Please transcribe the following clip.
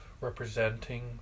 representing